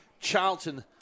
Charlton